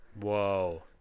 Whoa